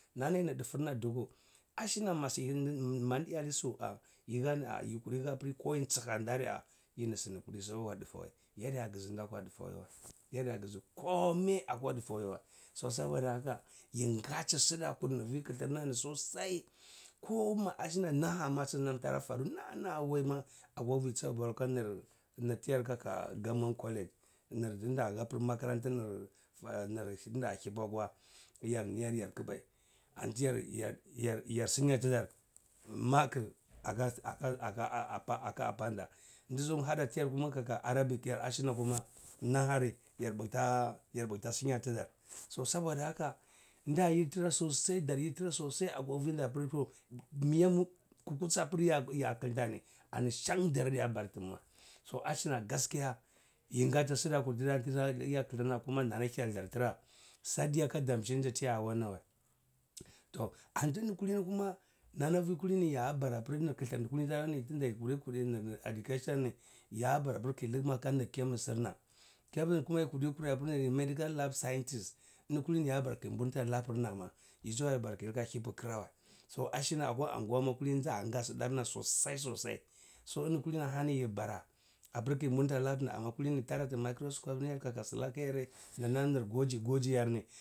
Nana yini dfurna duku ashna masi in madi eyali su yi hani ar yikuri hapr ko yitshan dari ar yini ani kuri akwa dfawai yadiya ngai nda akwa dfa wai wae yadiya gz komi akwa dufa. so sabo da haka yingati sdakur irvi kthrnani sosai koma ashna nahama snam tara faru naha naha waima akwa vi tsa bawl kanr tyar kaka government collage nr dnda hapr makaranta nr har nda hiva akwa yar ni yar kbai anti snya tdar makr aka apanda ndsunwa hada tiyar kuma kaka arabic yar ashna kuma nahari yar bea snyatdar so saboda haka nda yiditra sosai dar yiditra sosai akwa vinda apr tou miya ma kakutsi apr ya klntani ani shan daradiya bara tn ma so ashna gaskiya yingali sda hur tnam ti eya kthrna kuma nana thyae zaira sadiyaka damalindae tya so adiya ka dsachindi tiya wana wae tuh anti ini kulini kuma nana vi kulini ya bara apri ini kthr ini kulini tara hani tunda yi kure kure nr education ni ya bara pi kiyi ikma ka nr chemisirna chemisa kuma yi kuri kuri apri nr medical lab scientis ini kulini ya bara kiyi mburnta laprna ma yi tsuwa ya bara kiyi ika hivi krawae ashna akwa anguwama kulini zanga sdar na sosai sosai so ini kulini ahani yi bara apr kayi burnta laprna amina kulini tarati microscopena kaka slake yare nr nan nr gwaji gwaji yar ni sh.